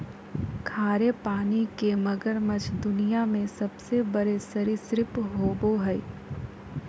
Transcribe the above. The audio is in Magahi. खारे पानी के मगरमच्छ दुनिया में सबसे बड़े सरीसृप होबो हइ